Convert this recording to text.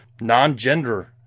non-gender